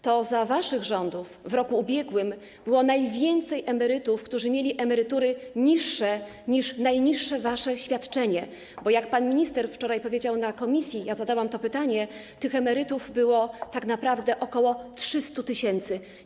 To za waszych rządów w roku ubiegłym było najwięcej emerytów, którzy mieli emerytury niższe niż wasze najniższe świadczenie, bo jak pan minister wczoraj powiedział na posiedzeniu komisji - ja zadałam to pytanie - tych emerytów było tak naprawdę ok. 300 tys.